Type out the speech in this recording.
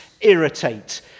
irritate